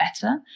better